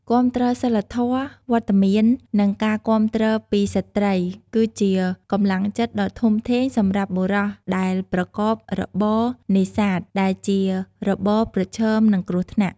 គាំទ្រសីលធម៌ វត្តមាន និងការគាំទ្រពីស្ត្រីគឺជាកម្លាំងចិត្តដ៏ធំធេងសម្រាប់បុរសដែលប្រកបរបរនេសាទ ដែលជារបរប្រឈមនឹងគ្រោះថ្នាក់។